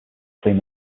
clean